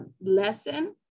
lesson